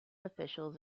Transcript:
officials